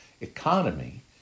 economy